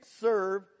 serve